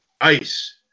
Ice